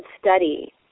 study